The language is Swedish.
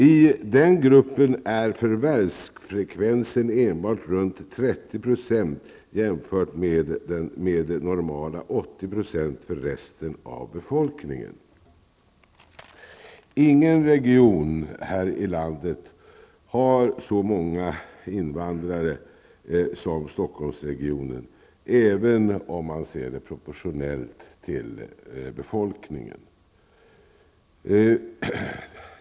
I den gruppen är förvärvsfrekvensen enbart ca 30 % jämfört med det normala 80 % för resten av befolkningen. Ingen region här i landet har så många invandrare som Stockholmsregionen, även om man ser det proportionellt till befolkningen.